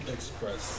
Express